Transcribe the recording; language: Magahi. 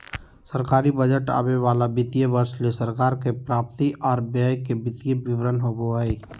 सरकारी बजट आवे वाला वित्तीय वर्ष ले सरकार के प्राप्ति आर व्यय के वित्तीय विवरण होबो हय